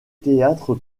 théâtre